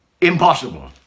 impossible